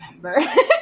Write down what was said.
remember